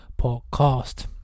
podcast